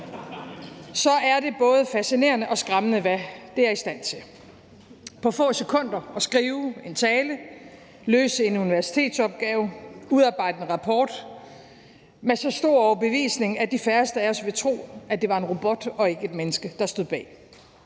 er det både fascinerende og skræmmende, hvad det er i stand til: på få sekunder at skrive en tale, løse en universitetsopgave, udarbejde en rapport med så stor overbevisning, at de færreste af os vil tro, at det var en robot og ikke et menneske, der stod bag.